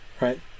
right